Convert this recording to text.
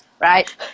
Right